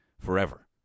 forever